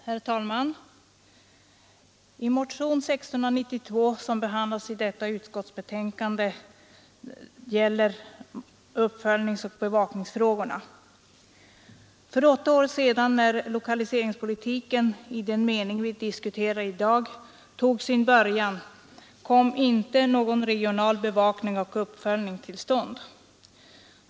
Herr talman! Motionen 1692, som behandlas i detta utskottsbetänkande, gäller uppföljningsoch bevakningsfrågorna. För åtta år sedan, när lokaliseringspolitiken i den mening vi i dag diskuterar tog sin början, kom inte någon regional bevakning och uppföljning till stånd.